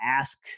ask